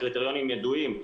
הקריטריונים ידועים,